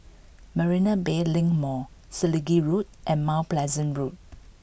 Marina Bay Link Mall Selegie Road and Mount Pleasant Road